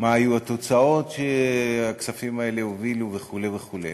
מה היו התוצאות שהכספים האלה הובילו וכו' וכו'.